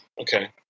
Okay